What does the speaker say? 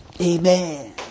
Amen